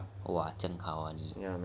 !wah! 这样好 ah 你